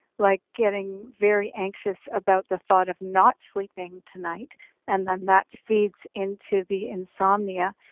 like getting very anxious about the thought of not sleeping tonight and then that feeds into the insomnia.